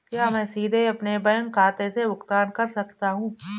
क्या मैं सीधे अपने बैंक खाते से भुगतान कर सकता हूं?